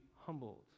humbled